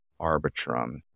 Arbitrum